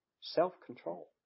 self-control